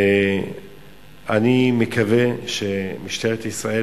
אני מקווה שמשטרת ישראל,